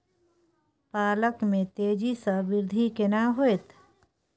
पालक में तेजी स वृद्धि केना होयत?